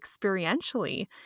experientially